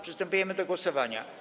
Przystępujemy do głosowania.